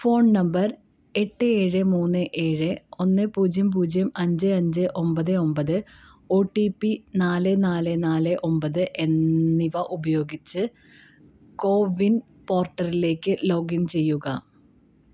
phone number എട്ട് ഏഴ് മൂന്ന് ഏഴ് ഒന്ന് പൂജ്യം പൂജ്യം അഞ്ച് അഞ്ച് ഒമ്പത് ഒമ്പത് ഒ ട്ടി പി നാല് നാല് നാല് ഒമ്പത് എന്നിവ ഉപയോഗിച്ച് കോവിൻ പോർട്ടലിലേക്ക് ലോഗിൻ ചെയ്യുക